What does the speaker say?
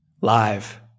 Live